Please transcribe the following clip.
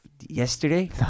yesterday